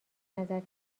نظر